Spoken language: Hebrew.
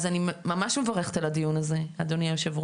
אז אני ממש מברכת על הדיון הזה אדוני היו"ר